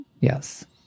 yes